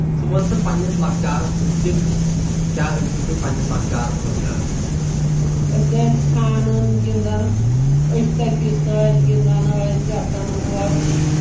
ژٕ وَن تہٕ پنٕنِس لکچارس مُتعلِق کیٛاہ ٲسوٕ تُہۍ پنٕنس لکچارس منٛز کران أسۍ ٲسۍ کھانان گنٛدان أسۍ تِٔس ٲسۍ گِنٛدان ٲسۍ گژھان اور